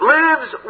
lives